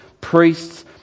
priests